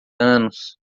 anos